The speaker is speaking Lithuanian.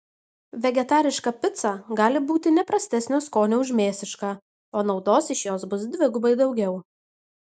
vegetariška pica gali būti ne prastesnio skonio už mėsišką o naudos iš jos bus dvigubai daugiau